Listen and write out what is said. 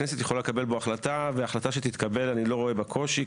הכנסת יכולה לקבל בו החלטה וההחלטה שתתקבל אני לא רואה בו קושי,